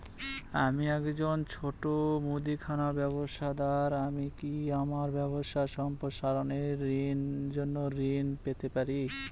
আমি একজন ছোট মুদিখানা ব্যবসাদার আমি কি আমার ব্যবসা সম্প্রসারণের জন্য ঋণ পেতে পারি?